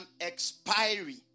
expiry